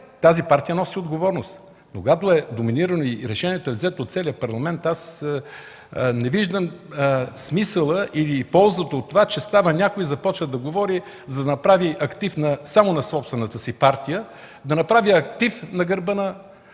тази партия носи отговорност! Но когато решението е доминирано и взето от целия Парламент, не виждам смисъла или ползата от това, че някой става и започва да говори, за да направи актив само на собствената си партия, да направи актив на гърба на